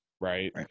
right